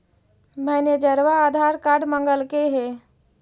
मैनेजरवा आधार कार्ड मगलके हे?